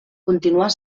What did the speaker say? continuar